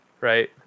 Right